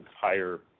higher